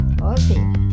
Okay